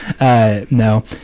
no